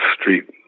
street